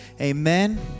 Amen